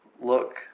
look